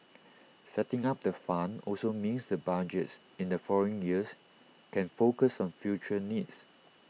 setting up the fund also means the budgets in the following years can focus on future needs